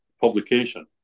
publication